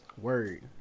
Word